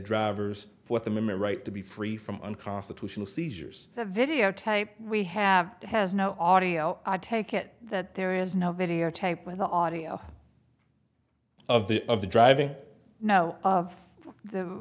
driver's fourth amendment right to be free from unconstitutional seizures the videotape we have has no audio i take it that there is no videotape with the audio of the of the driving no of